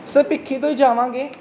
sir Bhikhi ਤੋਂ ਹੀ ਜਾਵਾਂਗੇ